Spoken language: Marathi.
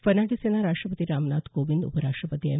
फर्नांडीस यांना राष्ट्रपती रामनाथ कोविंद उपराष्ट्रपती एम